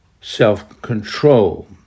self-control